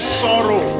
sorrow